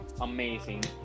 amazing